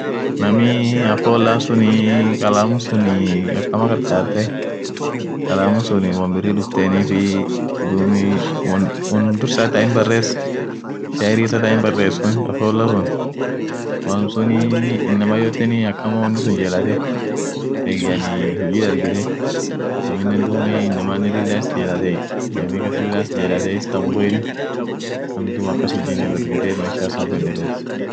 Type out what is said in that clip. Germany sagale ishinii fan jirt ta lila beeken bratwast yeden carrywast yeden steal yeden sobraten yeden rulerden yeden sparks yeden weystwast yeden ishinsuni ta ak kienyejiat sparkzole pasta amineni won kolkola tokon wol kas jirt oladenini fon